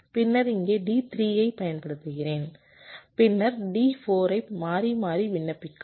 பின்னர் இங்கே D3 ஐப் பயன்படுத்துங்கள் பின்னர் D4 ஐ மாறி மாறி விண்ணப்பிக்கவும்